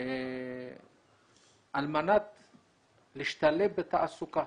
על מנת להשתלב בתעסוקה